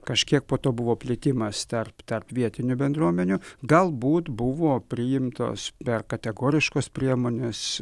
kažkiek po to buvo plitimas tarp tarp vietinių bendruomenių galbūt buvo priimtos be kategoriškos priemonės